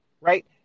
Right